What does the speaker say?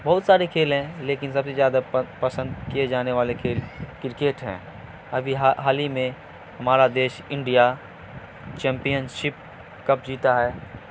بہت سارے کھیل ہیں لیکن سب سے زیادہ پسند کیے جانے والے کھیل کرکٹ ہیں ابھی حال ہی میں ہمارا دیش انڈیا چیمپئنشپ کپ جیتا ہے